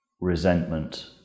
resentment